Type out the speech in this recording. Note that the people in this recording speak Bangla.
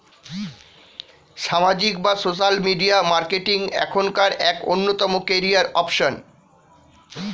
সামাজিক বা সোশ্যাল মিডিয়া মার্কেটিং এখনকার এক অন্যতম ক্যারিয়ার অপশন